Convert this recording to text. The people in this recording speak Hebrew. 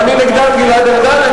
ואני נגדם, גלעד ארדן.